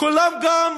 כולם גם